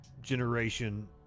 generation